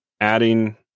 adding